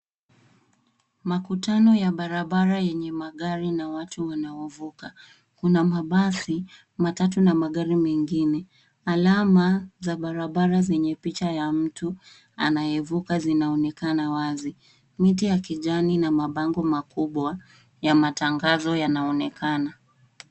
Makutano ya barabara yenye magari na watu wanaovuka. Kuna mabasi, matatu na magari mengine. Alama za barabara zenye picha ya mtu anayevuka zinaonekana wazi. Miti ya kijani na mabango makubwa ya matangazo yanaonekana.